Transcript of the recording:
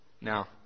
Now